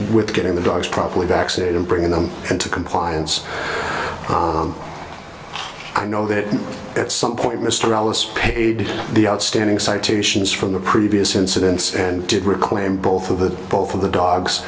with getting the dogs properly vaccinated and bringing them into compliance i know that at some point mr ellis paid the outstanding citations from the previous incidents and did require him both of the both of the dogs